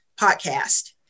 podcast